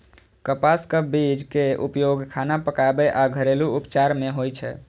कपासक बीज के उपयोग खाना पकाबै आ घरेलू उपचार मे होइ छै